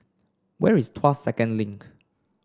where is Tuas Second Link